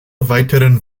weiteren